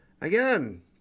Again